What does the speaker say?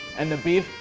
and the beef,